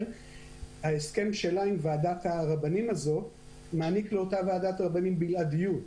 הסכם עם ועדת הרבנים הזאת שמעניק לאותה ועדת רבנים בלעדיות.